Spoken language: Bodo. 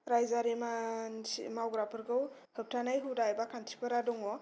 राइजोआरि मानसि मावग्राफोरखौ होबथानाय हुदा एबा खान्थिफोरा दङ